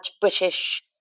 British